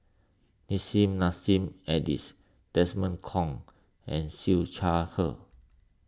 Nissim Nassim Adis Desmond Kon and Siew Shaw Her